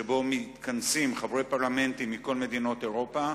שבו מתכנסים חברי פרלמנטים מכל מדינות אירופה.